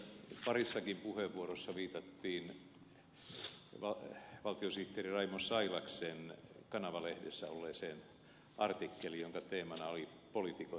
tässä parissakin puheenvuorossa viitattiin valtiosihteeri raimo sailaksen kanava lehdessä olleeseen artikkeliin jonka teemana oli että poliitikot lintsaavat